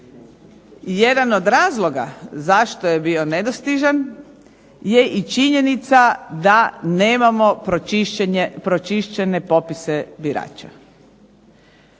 Jedan od razloga zašto je bio nedostižan je i činjenica da nemamo pročišćene popise birača.